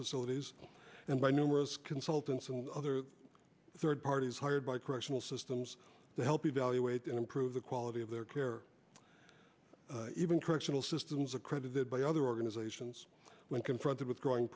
facilities and by numerous consultants and other third parties hired by correctional systems to help evaluate and improve the quality of their care even correctional systems accredited by other organizations when confronted with growing